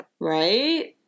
Right